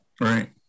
Right